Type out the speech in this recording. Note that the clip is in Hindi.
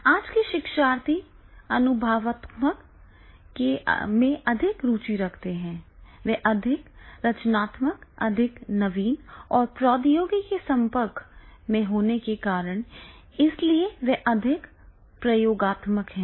अब आज के शिक्षार्थी अनुभवात्मक में अधिक रुचि रखते हैं वे अधिक रचनात्मक अधिक नवीन और प्रौद्योगिकी के संपर्क में होने के कारण इसलिए वे अधिक प्रयोगात्मक हैं